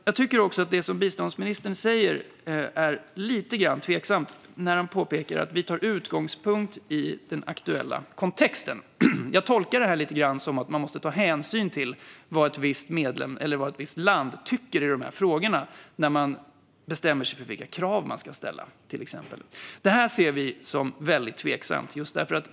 Jag tycker också att det känns tveksamt när biståndsministern säger att vi tar utgångspunkt i den aktuella kontexten. Jag tolkar detta lite grann som att man måste ta hänsyn till vad ett visst land tycker i dessa frågor när man till exempel bestämmer vilka krav man ska ställa. Detta ser vi som väldigt tveksamt.